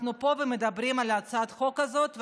אנחנו פה, מדברים על הצעת החוק הזאת.